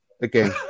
again